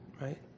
Right